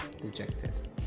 dejected